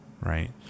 Right